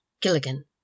Gilligan